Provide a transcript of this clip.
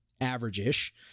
average-ish